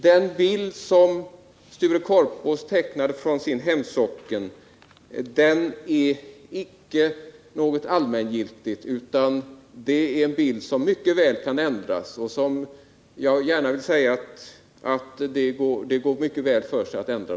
Den bild som Sture Korpås tecknade från sin hemsocken visar därför icke på något allmängiltigt; det är en bild som det mycket väl går för sig att ändra.